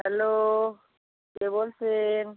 hello কে বলছেন